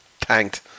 tanked